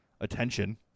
attention